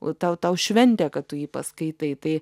o tau tau šventė kad tu jį paskaitai tai